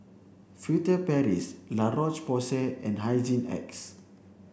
Furtere Paris La Roche Porsay and Hygin X